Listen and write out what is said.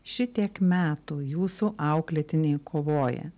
šitiek metų jūsų auklėtiniai kovoja